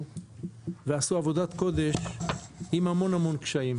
ועשו עבודת קודש עם המון המון קשיים,